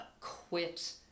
quit